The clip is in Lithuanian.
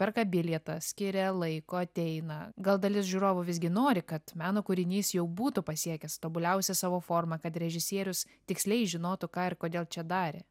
perka bilietą skiria laiko ateina gal dalis žiūrovų visgi nori kad meno kūrinys jau būtų pasiekęs tobuliausią savo formą kad režisierius tiksliai žinotų ką ir kodėl čia darė